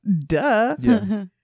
duh